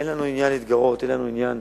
אין לנו עניין להתגרות, אין לנו עניין